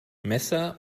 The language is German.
messer